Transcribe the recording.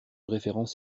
référence